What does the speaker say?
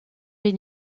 des